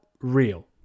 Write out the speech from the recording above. real